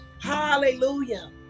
Hallelujah